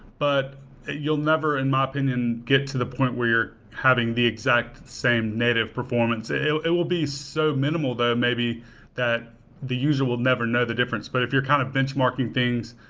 but you'll never, in my opinion, get to the point where you're having the exact same native performance. it will be so minimal that maybe that the user will never know the difference, but if you're kind of benchmarking things,